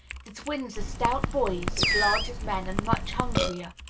the twins are stout boys, as large as men, and much hungrier.